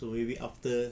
so maybe after